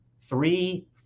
three